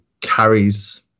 carries